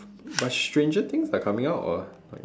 but stranger things are coming out or uh like